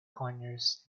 conyers